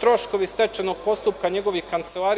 troškovi stečajnog postupka, njegovih kancelarija.